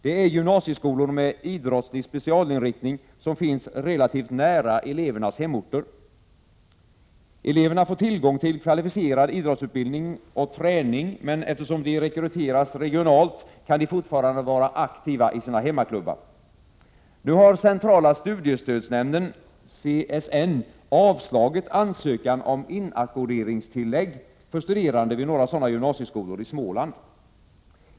Det är gymnasieskolor med idrottslig specialinriktning, som finns relativt nära elevernas hemorter. Eleverna får tillgång till kvalificerad idrottsutbildning och träning, men eftersom de rekryteras regionalt kan de fortfarande vara aktiva i sina hemmaklubbar. Nu har centrala studiestödsnämnden avslagit ansökan om inackorderingstillägg för studerande vid några sådana gymnasieskolor i Småland.